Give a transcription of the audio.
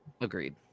Agreed